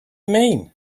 mean